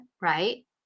right